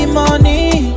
money